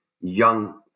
young